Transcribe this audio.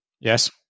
Yes